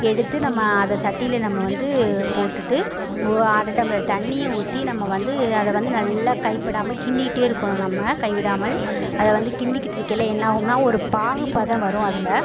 எடுத்து நம்ம அதை சட்டியில் நம்ம வந்து போட்டுட்டு ஒ அரை டம்ளர் தண்ணிய ஊற்றி நம்ம வந்து அதை வந்து நல்லா கைப்படாமல் கிண்டிகிட்டே இருக்கணும் நம்ம கை விடாமல் அதை வந்து கிண்டிக்கிட்டு இருக்கையிலே என்ன ஆகும்னா ஒரு பாகுப்பதம் வரும் அதில்